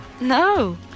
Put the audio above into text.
No